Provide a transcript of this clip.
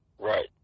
Right